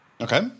Okay